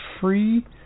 free